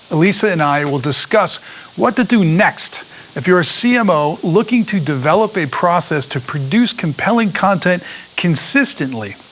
elissa and i will discuss what to do next if you're a cmo looking to develop a process to produce compelling content consistently.